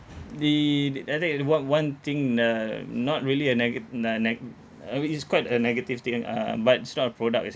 the the I think what one thing uh not really a nega~ uh neg~ uh I mean it's quite a negative thing and uh but it's not a product